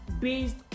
based